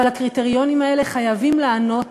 אבל הקריטריונים האלה חייבים לענות